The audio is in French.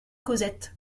causette